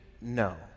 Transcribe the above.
No